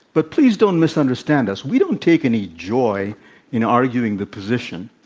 but please don't misunderstand us. we don't take any joy in arguing the position.